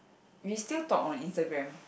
we still talk on Instagram